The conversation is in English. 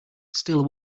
still